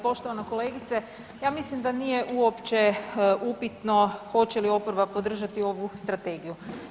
Poštovana kolegice, ja mislim da nije uopće upitno hoće li oporba podržati ovu strategiju.